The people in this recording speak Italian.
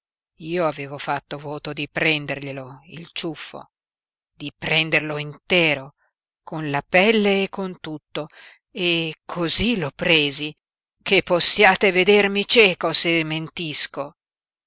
io avevo fatto voto di prenderglielo il ciuffo di prenderlo intero con la pelle e con tutto e cosí lo presi che possiate vedermi cieco se mentisco